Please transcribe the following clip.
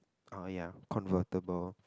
orh ya convertible